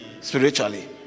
spiritually